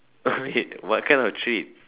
oh wait what kind of treat